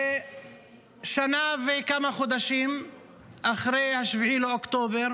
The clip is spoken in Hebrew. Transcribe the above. ושנה וכמה חודשים אחרי 7 באוקטובר